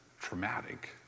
traumatic